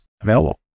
available